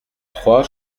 trois